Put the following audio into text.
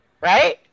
right